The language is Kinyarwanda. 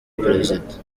perezida